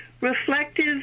reflective